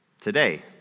Today